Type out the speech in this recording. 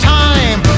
time